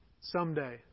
someday